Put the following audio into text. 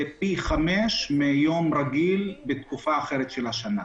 זה פי 5 מיום רגיל בתקופה אחרת של השנה.